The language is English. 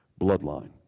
bloodline